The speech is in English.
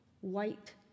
white